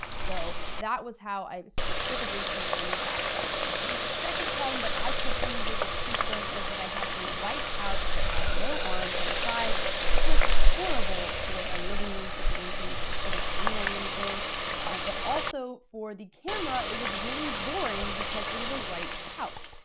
so that was how i specifically pinpointed that problem. the second problem that i personally needed to pinpoint was that i had a white couch that no arms on the side which was horrible for a living room situation because you couldn't lean on anything but also for the camera, it was really boring because it was a white couch.